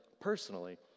personally